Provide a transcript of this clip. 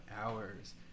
hours